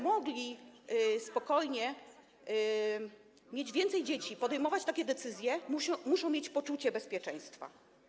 mogli spokojnie mieć więcej dzieci, podejmować takie decyzje, muszą mieć poczucie bezpieczeństwa.